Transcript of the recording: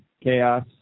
Chaos